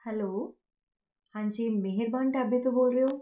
hello ਹਾਂਜੀ ਮਿਹਰਬਾਨ ਢਾਬੇ ਤੋਂ ਬੋਲ ਰਹੇ ਹੋ